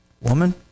woman